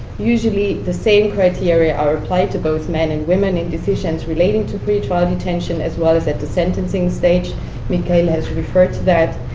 usually the same criteria are applied to both men and women in decisions relating to pre-trial detention, as well as at the sentencing stage mikhail has referred to that.